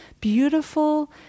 beautiful